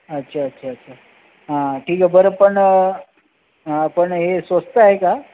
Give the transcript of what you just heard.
अच्छा अच्छा अच्छा हा ठीक आहे बरं पण पण हे स्वस्त आहे का